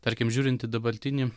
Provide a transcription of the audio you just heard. tarkim žiūrint į dabartinį